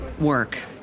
work